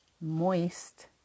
moist